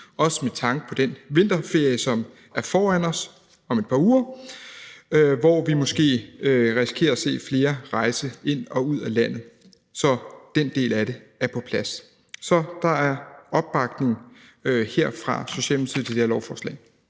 Også med tanke på den vinterferie, som er foran os, og som er om et par uger, hvor vi måske risikerer at se flere rejse ind og ud af landet, er det vigtigt, at den del af det er på plads. Så der er opbakning fra Socialdemokratiet til det her lovforslag.